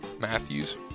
Matthews